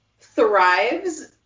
thrives